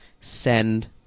send